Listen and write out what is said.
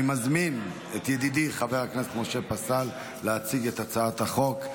אני מזמין את ידידי חבר הכנסת משה פסל להציג את הצעת החוק.